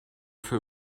für